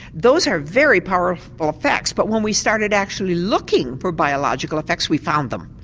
those are very powerful effects but when we started actually looking for biological effects we found them.